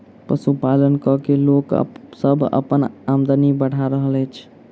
पशुपालन क के लोक सभ अपन आमदनी बढ़ा रहल अछि